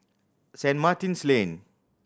Saint Martin's Lane